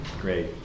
Great